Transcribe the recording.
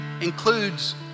includes